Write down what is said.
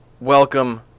welcome